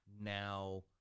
now